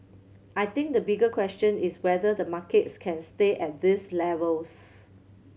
I think the bigger question is whether the markets can stay at these levels